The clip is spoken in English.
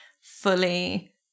fully